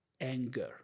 anger